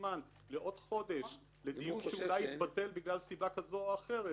הזמן לעוד חודש לדיון שאולי יתבטל בגלל סיבה כזו או אחרת,